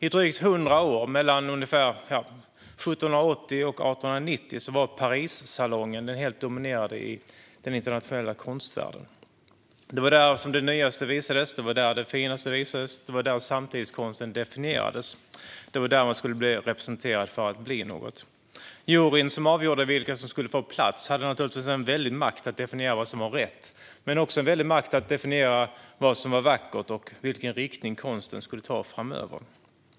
I drygt hundra år, mellan ungefär 1780 och 1890, var Parissalongen helt dominerande i den internationella konstvärlden. Det var där det nyaste och finaste visades, det var där samtidskonsten definierades, och det var där man skulle bli representerad för att bli någon. Juryn som avgjorde vilka som skulle få plats hade naturligtvis en väldig makt att definiera vad som var rätt men också en väldig makt att definiera vad som vackert och vilken riktning konsten skulle ta framöver.